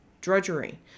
drudgery